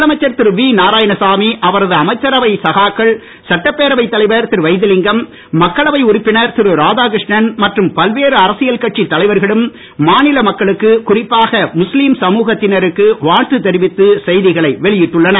முதலமைச்சர் திரு வி நாராயணசாமி அவரது அமைச்சரவை சகாக்கள் சட்டப்பேரவைத் தலைவர் திரு வைத்திலிங்கம் மக்களவை உறுப்பினர் திரு ராதாகிருஷ்ணன் மற்றும் பல்வேறு அரசியல் கட்சித் தலைவர்களும் மாநில மக்களுக்கு குறிப்பாக முஸ்லீம் சமுகத்தினருக்கு வாழ்த்து தெரிவித்து செய்திகளை வெளியிட்டுள்ளனர்